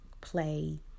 play